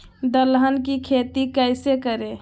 दलहन की खेती कैसे करें?